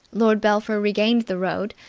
lord belpher regained the road,